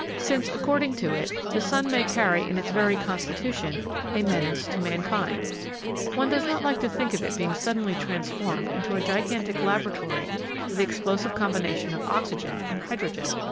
since, according to it, the sun may carry in its very constitution a menace to mankind one does not like to think of it being suddenly transformed into a gigantic laboratory for the explosive combination of oxygen and hydrogen!